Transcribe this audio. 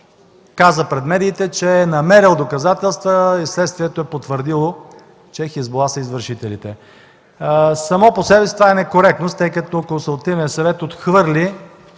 каза, че е намерил доказателства и следствието е потвърдило, че „Хизбула” са извършителите. Само по себе си това е некоректност, тъй като Консултативният съвет отхвърли